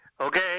okay